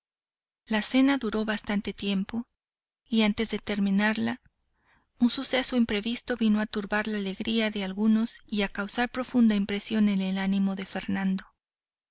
la cena duró bastante tiempo y antes de terminarla un suceso imprevisto vino a turbar la alegría de algunos y a causar profunda impresión en el ánimo de fernando